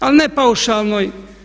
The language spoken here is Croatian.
Ali ne paušalnoj.